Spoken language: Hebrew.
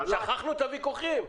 שכחנו את הוויכוחים?